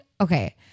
okay